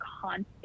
constant